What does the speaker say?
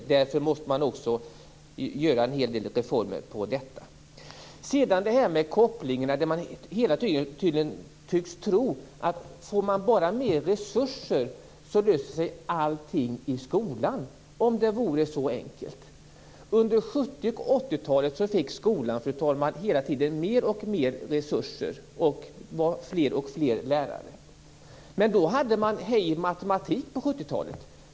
Därför måste det göras en hel del reformer där. Man tycks hela tiden tro att blir det bara mer resurser löser sig allting i skolan. Om det vore så enkelt! Under 70 och 80-talen, fru talman, fick skolan hela tiden mer och mer resurser och fler och fler lärare. På 70-talet användes Hej matematik!